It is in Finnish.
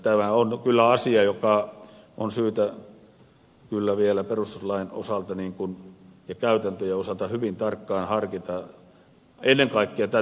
tämä on kyllä asia joka on syytä vielä perustuslain ja käytäntöjen osalta hyvin tarkkaan harkita ennen kaikkea tämän tilanteen välttämiset